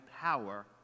power